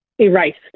erased